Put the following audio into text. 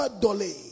Dolly